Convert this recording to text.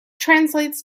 translates